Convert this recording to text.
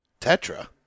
Tetra